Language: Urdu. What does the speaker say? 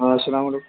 ہاں السّلام علیکم